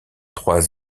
trois